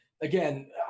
again